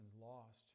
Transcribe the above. lost